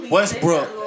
Westbrook